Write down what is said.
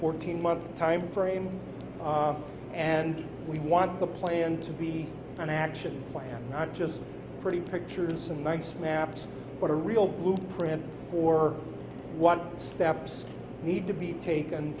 fourteen months time frame and we want the plan to be an action plan not just a pretty pictures and nice maps but a real blueprint for what steps need to be taken